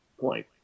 point